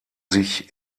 sich